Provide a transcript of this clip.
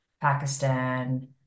Pakistan